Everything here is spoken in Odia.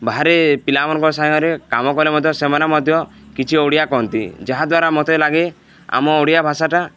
ବାହାରେ ପିଲାମାନଙ୍କ ସାଙ୍ଗରେ କାମ କଲେ ମଧ୍ୟ ସେମାନେ ମଧ୍ୟ କିଛି ଓଡ଼ିଆ କହନ୍ତି ଯାହାଦ୍ୱାରା ମୋତେ ଲାଗେ ଆମ ଓଡ଼ିଆ ଭାଷାଟା